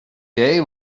day